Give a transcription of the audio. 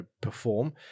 perform